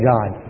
God